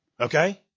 Okay